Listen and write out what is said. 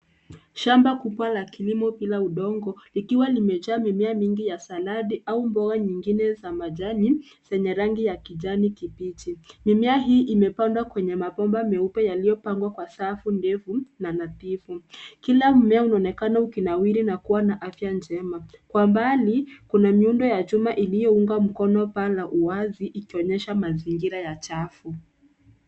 Shamba kubwa la kilimo bila udongo likiwa limejaa mimea mingi ya saladi au mboga nyingine za majani zenye rangi ya kijani kibichi. Mimea hii imepandwa kwenye mabomba meupe yaliyopangwa kwa safu ndefu na nadhifu. Kila mmea unaonekana ukinawiri na kuwa na afya njema. Kwa mbali kuna miundo ya chuma iliyounga mkono paa la uwazi ikionyesha mazingira ya chafu.